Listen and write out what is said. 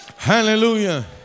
Hallelujah